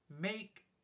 make